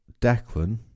Declan